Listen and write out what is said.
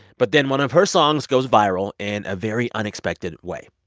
but then one of her songs goes viral in a very unexpected way.